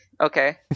Okay